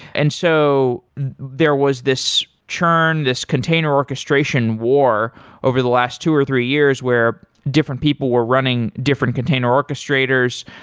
and so there was this churn, this container orchestration war over the last two or three years where different people were running different container orchestrators.